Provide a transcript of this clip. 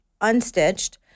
unstitched